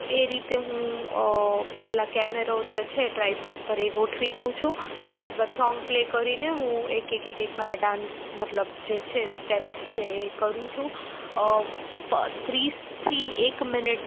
તો એ રીતે હું પહેલાં કેમેરો જે છે ટ્રાઈપોડ પર એ ગોઠવી દઉં છું ત્યારબાદ સોંગ પ્લે કરીને હું એક એક એક મારા ડાન્સ મતલબ જે છે સ્ટેપ્સ જે છે એ કરું છું પ ત્રીસથી એક મિનિટ